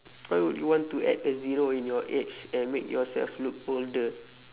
why would you want to add a zero in your age and make yourself look older